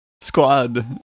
squad